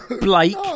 Blake